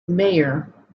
mayor